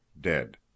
dead